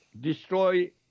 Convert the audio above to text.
destroy